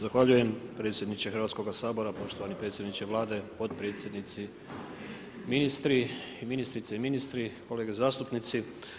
Zahvaljujem predsjedniče Hrvatskog sabora, poštovani predsjedniče Vlade, potpredsjednici, ministri i ministrice, kolege zastupnici.